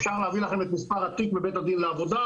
אפשר להביא לכם את מספר התיק בבית הדין לעבודה,